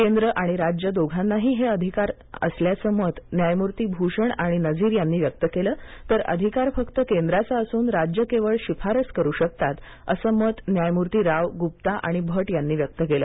केंद्र आणि राज्य दोघांनाही हे अधिकार सल्याचं मत न्यायमूर्ती भूषण आणि नझीर यांनी व्यक्त केलं तर अधिकार फक्त केंद्राचा असून राज्य केवळ शिफारस करू शकतात असं मत न्यायमुर्ती रावगुप्ता आणि भट यांनी व्यक्त केलं